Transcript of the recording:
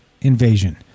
invasion